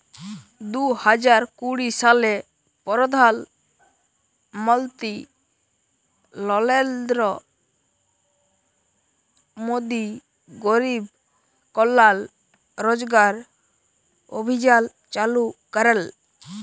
দু হাজার কুড়ি সালে পরধাল মলত্রি লরেলদ্র মোদি গরিব কল্যাল রজগার অভিযাল চালু ক্যরেল